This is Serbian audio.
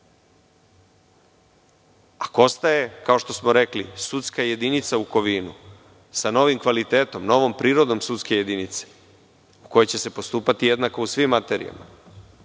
ostaje, kao što smo rekli, sudska jedinica u Kovinu sa novim kvalitetom, novom prirodom sudske jedinice u kojoj će se postupati jednako u svim materijama,